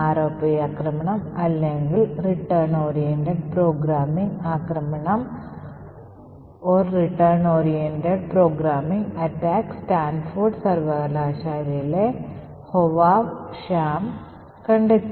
ROP ആക്രമണം അല്ലെങ്കിൽ return oriented programming ആക്രമണം സ്റ്റാൻഫോർഡ് സർവകലാശാലയിലെ Hovav Shacham കണ്ടെത്തി